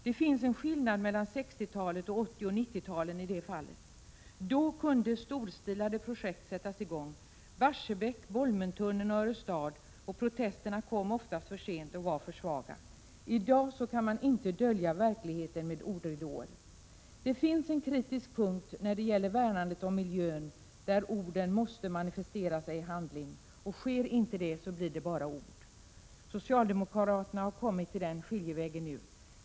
Det finns en skillnad mellan 60-talet och 80 och 90-talen i det fallet. Då kunde storstilade projekt sättas i gång — Barsebäck, Bolmentunneln och Örestad. Protesterna kom oftast för sent och var för svaga. I dag kan man inte dölja verkligheten med ordridåer. Det finns en kritisk punkt när det gäller värnandet om miljön, där orden måste manifesteras i handling. Sker inte det så blir det bara ord. Socialdemokraterna har kommit till den skiljevägen nu.